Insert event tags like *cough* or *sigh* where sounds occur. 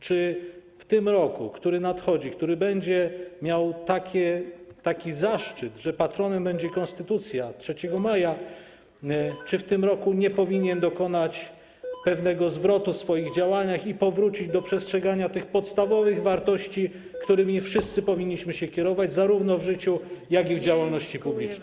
Czy w tym roku, który nadchodzi, w którym będziemy taki zaszczyt, że patronem będzie Konstytucja 3 maja, *noise* rząd nie powinien dokonać pewnego zwrotu w swoich działaniach i powrócić do przestrzegania tych podstawowych wartości, którymi wszyscy powinniśmy się kierować zarówno w życiu, jak i w działalności publicznej?